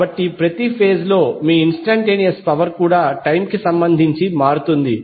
కాబట్టి ప్రతి ఫేజ్ లో మీ ఇన్స్టంటేనియస్ పవర్ కూడా టైమ్ కి సంబంధించి మారుతుంది